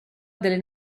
delle